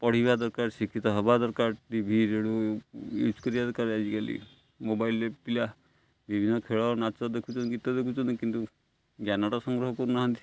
ପଢ଼ିବା ଦରକାର ଶିକ୍ଷିତ ହବା ଦରକାର ଟିଭି ରେଡ଼ିଓ ୟୁଜ୍ କରିବା ଦରକାର ଆଜିକାଲି ମୋବାଇଲ୍ରେ ପିଲା ବିଭିନ୍ନ ଖେଳ ନାଚ ଦେଖୁଛନ୍ତି ଗୀତ ଦେଖୁଛନ୍ତି କିନ୍ତୁ ଜ୍ଞାନଟା ସଂଗ୍ରହ କରୁନାହାନ୍ତି